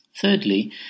Thirdly